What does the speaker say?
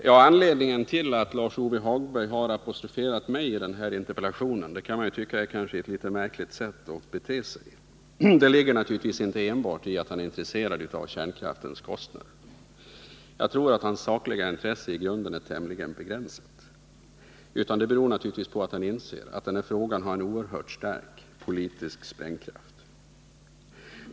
Herr talman! Att Lars-Ove Hagberg har apostroferat mig i den här interpellationen kan kanske förefalla något märkligt. Anledningen till det är naturligtvis inte enbart att han är intresserad av kärnkraftens kostnader — jag tror att Lars-Ove Hagbergs sakliga intresse i det avseendet i grunden är tämligen begränsat — utan att han inser att denna fråga har en oerhört stark politisk spännkraft.